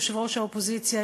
יושב-ראש האופוזיציה,